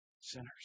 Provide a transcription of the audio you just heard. sinners